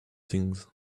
things